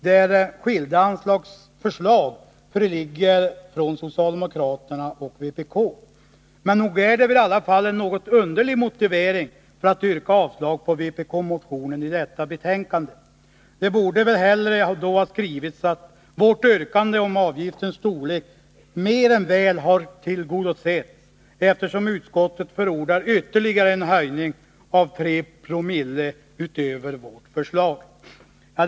Här föreligger det ju olika anslagsförslag från socialdemokraterna och vpk. Men nog är det väl en något underlig motivering för ett avslagsyrkande när det gäller den vpk-motion som behandlas i detta betänkande. Det borde väl hellre ha skrivits att vårt yrkande om avgiftens storlek mer än väl har tillgodosetts, eftersom utskottet förordar en höjning som med 3 Zoöverstiger vad vi har föreslagit.